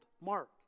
Mark